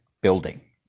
building